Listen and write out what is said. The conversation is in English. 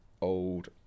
old